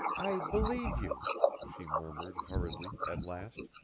i believe you she murmured hurriedly at last.